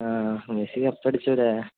ആ മെസ്സി കപ്പടിച്ചു അല്ലേ